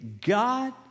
God